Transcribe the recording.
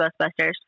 Ghostbusters